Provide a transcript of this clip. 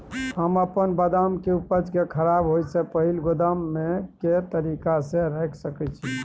हम अपन बदाम के उपज के खराब होय से पहिल गोदाम में के तरीका से रैख सके छी?